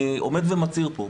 אני עומד ומצהיר פה,